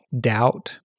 doubt